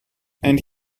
and